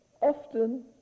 often